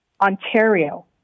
Ontario